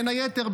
בין היתר,